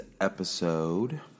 episode